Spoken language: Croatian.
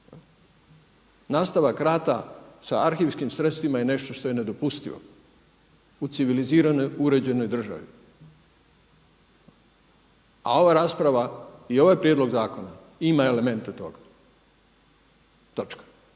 Nastavak rata sa arhivskim sredstvima je nešto što je nedopustivo u civiliziranoj uređenoj državi. A ova rasprava i ovaj prijedlog zakona ima elemente toga i točka.